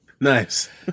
nice